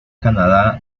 canadá